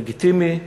לגיטימי.